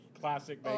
classic